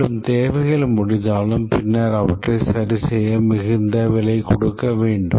மேலும் தேவைகள் முடிந்தாலும் பின்னர் அவற்றை சரிசெய்ய மிகுந்த விலை கொடுக்க வேண்டும்